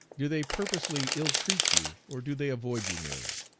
do they purposely ill-treat you or do they avoid you merely?